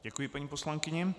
Děkuji paní poslankyni.